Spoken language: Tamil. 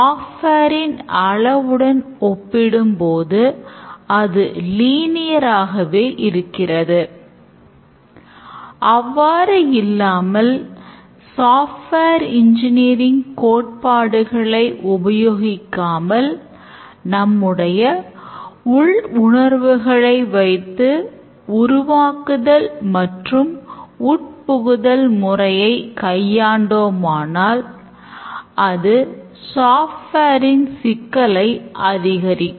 சாஃப்ட்வேர் இன்ஜினியரிங் ன் சிக்கலை அதிகரிக்கும்